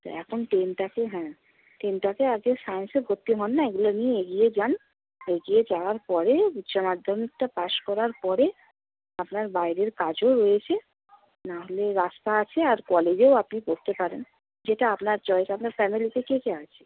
তো এখন টেনটাকে হ্যাঁ টেনটাকে আগে সায়েন্সে ভর্তি হন না এগুলো নিয়ে এগিয়ে যান এগিয়ে যাওয়ার পরে উচ্চ মাধ্যমিকটা পাশ করার পরে আপনার বাইরের কাজও রয়েছে না হলে রাস্তা আছে আর কলেজেও আপনি পড়তে পারেন যেটা আপনার চয়েস আপনার ফ্যামিলিতে কে কে আছে